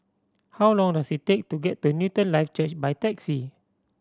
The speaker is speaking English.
how long does it take to get to Newton Life Church by taxi